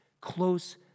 close